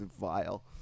vile